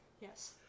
Yes